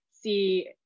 see